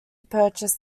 purchase